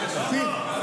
בבקשה.